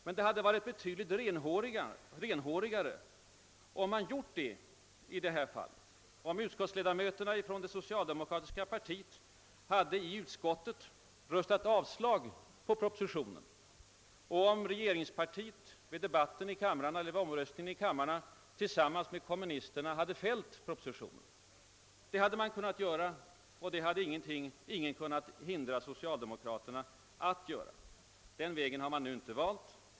Men det hade varit betydligt renhårigare, om man gjort det i detta fall, om de socialdemokratiska utskottsledamöterna i utskottet hade yrkat avslag på propositionen och om regeringspartiet vid omröstningen i kamrarna tillsammans med kommunisterna sedan hade fällt propositionen. Det hade man kunnat göra, och det hade ingen kunnat hindra socialdemokraterna från att göra. Den vägen har man nu inte valt.